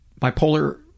Bipolar